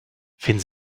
finden